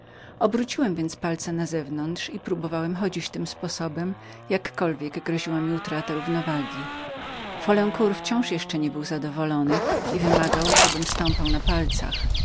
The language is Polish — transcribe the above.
obróciłem więc palce w pole i próbowałem chodzić tym sposobem ale folencour nie był jeszcze tem zadowolony i wymagał żebym stąpał na palcach